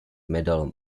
medal